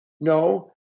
No